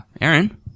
aaron